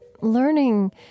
learning